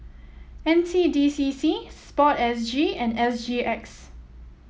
N C D C C sport S G and S G X